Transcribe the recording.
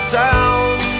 down